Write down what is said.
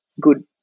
good